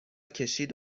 کشید